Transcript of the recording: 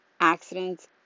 Accidents